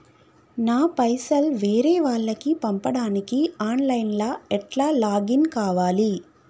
నా పైసల్ వేరే వాళ్లకి పంపడానికి ఆన్ లైన్ లా ఎట్ల లాగిన్ కావాలి?